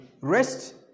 rest-